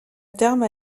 terme